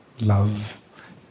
Love